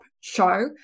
show